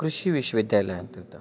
ಕೃಷಿ ವಿಶ್ವ ವಿದ್ಯಾಲಯ ಅಂತ ಇರ್ತವು